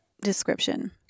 description